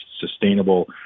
sustainable